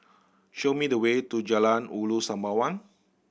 show me the way to Jalan Ulu Sembawang